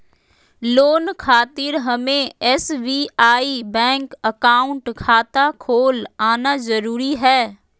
Loan खातिर हमें SBI bank account खाता खोल आना जरूरी है?